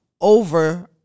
over